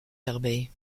herbey